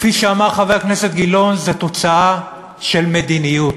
כפי שאמר חבר הכנסת גילאון, זה תוצאה של מדיניות.